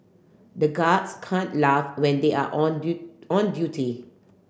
the guards can't laugh when they are on on duty